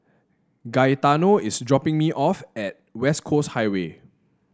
Gaetano is dropping me off at West Coast Highway